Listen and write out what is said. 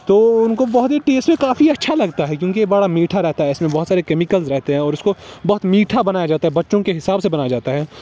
تو ان کو بہت ہی ٹیس میں کافی اچھا لگتا ہے کیونکہ یہ بڑا میٹھا رہتا ہے اس میں بہت سارے کیمیکلس رہتے ہیں اور اس کو بہت میٹھا بنایا جاتا ہے بچوں کے حساب سے بنایا جاتا ہے